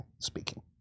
speaking